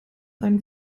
einen